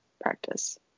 practice